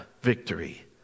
victory